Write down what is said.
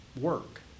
work